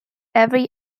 every